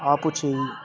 ఆపుచేయి